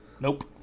Nope